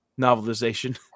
novelization